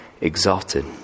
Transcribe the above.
exalted